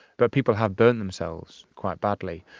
but people have burnt themselves quite badly.